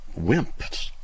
wimps